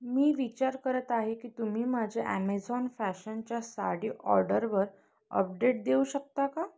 मी विचार करत आहे की तुम्ही माझ्या ॲमेझॉन फॅशनच्या साडी ऑर्डरवर अपडेट देऊ शकता का